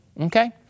Okay